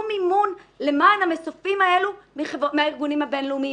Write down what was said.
מימון למען המסופים האלו מהארגונים הבין-לאומיים.